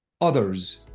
others